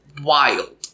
wild